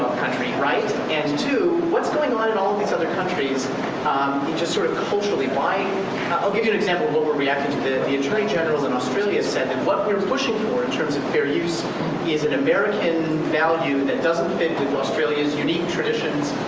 country, right? and two, what's going on in all of these other countries just sort culturally. why i'll give you an example of overreacting to to it. the attorney general in australia said that what we are pushing for, in terms of fair use is an american value that doesn't fit with australia's unique traditions.